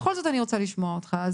בכל זאת אני רוצה לשמוע אותך.